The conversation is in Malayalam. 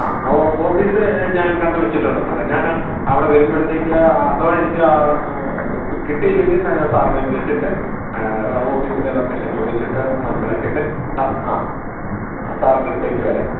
ആ ഓഫീസ് ഞാൻ കണ്ടുവച്ചിട്ടുണ്ട് സാർ ഞാന് അവിടെ വരുമ്പോഴത്തേക്ക് അഥവാ എനിക്ക് ആ കിട്ടിയില്ലെങ്കില് സാറിനെ വിളിച്ചിട്ട് ഓഫീസിൻ്റെ ലൊക്കേഷൻ ചോദിച്ചിട്ട് മനസ്സിലാക്കിയിട്ട് ആ ആ സാറിൻ്റെ അടുത്തേക്കു വരാം